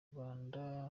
rwanda